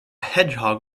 hedgehog